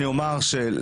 אני אומר שלפעמים,